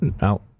out